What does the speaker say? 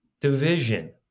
division